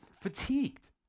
fatigued